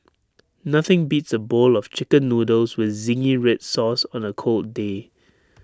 nothing beats A bowl of Chicken Noodles with Zingy Red Sauce on A cold day